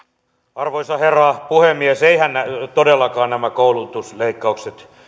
arvoisa herra puhemies eiväthän todellakaan nämä koulutusleikkaukset